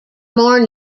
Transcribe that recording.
more